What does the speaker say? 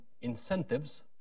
incentives